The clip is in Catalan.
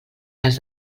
les